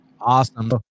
Awesome